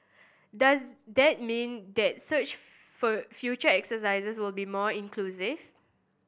does that mean that such future exercises will be more inclusive